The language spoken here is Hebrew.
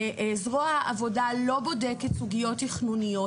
זרוע העבודה לא בודקת סוגיות תכנוניות.